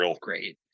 great